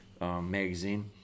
magazine